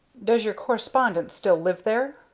does your correspondent still live there?